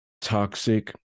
Toxic